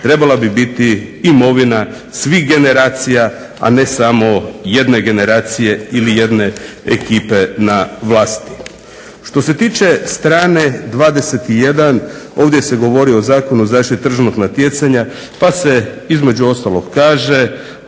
trebala bi biti imovina svih generacija, a ne samo jedne generacije ili jedne ekipe na vlasti. Što se tiče strane 21 ovdje se govori o Zakonu o zaštiti tržišnog natjecanja pa se između ostalog kaže